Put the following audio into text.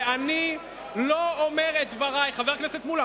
ואני לא אומר את דברי" חבר הכנסת מולה,